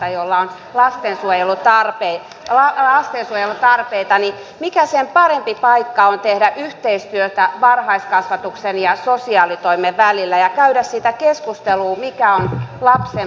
ajatellaan lasta jolla on lastensuojelutarpeita mikä sen parempi paikka on tehdä yhteistyötä varhaiskasvatuksen ja sosiaalitoimen välillä ja käydä sitä keskustelua mikä on lapsen parhaaksi